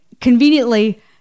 conveniently